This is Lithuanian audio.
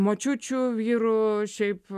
močiučių vyro šiaip